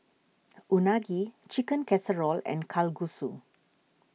Unagi Chicken Casserole and Kalguksu